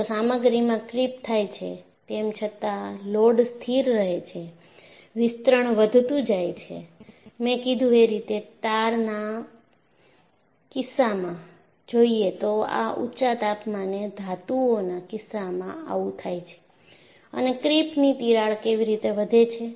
જો સામગ્રીમાં ક્રિપ થાય છે તેમ છતાં લોડ સ્થિર રહે છે વિસ્તરણ વધતું જાય છે મેં કીધું એ રીતે ટારના કિસ્સામાં જોઈએ તો આ ઊંચા તાપમાને ધાતુઓના કિસ્સામાં આવું થાય છે અને ક્રીપની તિરાડ કેવી રીતે વધે છે